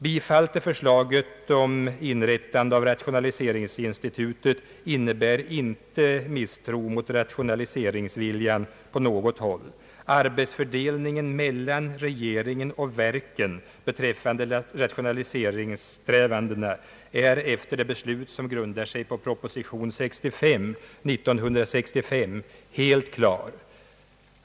Bifall till förslaget om inrättande av rationaliseringsinstitutet innebär inte misstro mot rationaliseringsviljan på något håll. Arbetsfördelningen mellan regeringen och verken beträffande rationaliseringssträvandena är efter det beslut som grundade sig på proposition 65 år 1965 helt klar.